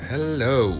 Hello